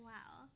Wow